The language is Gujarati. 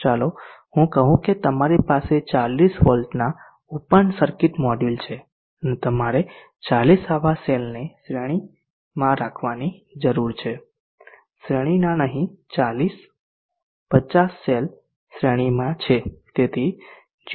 ચાલો હું કહું કે તમારી પાસે 40 વોલ્ટના ઓપન સર્કિટ મોડ્યુલ છે અને તમારે 40 આવા સેલને શ્રેણી રાખવાની જરૂર છે શ્રેણીના નહીં 40 50 સેલ શ્રેણીમાં છે જેથી 0